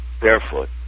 barefoot